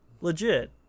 legit